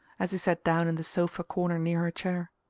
as he sat down in the sofa-corner near her chair.